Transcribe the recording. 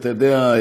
אתה יודע,